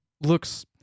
looks